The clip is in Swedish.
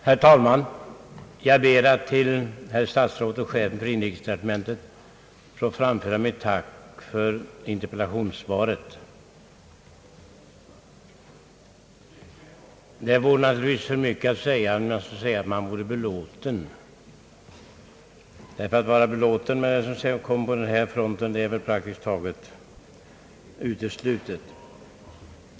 Herr talman! Jag ber att till herr statsrådet och chefen för inrikesdepartementet få framföra mitt tack för interpellationssvaret. Det vore naturligtvis för mycket att säga att jag är belåten med svaret, ty att vara helt belåten med vad som förekommer på den här fronten är väl praktiskt taget uteslutet.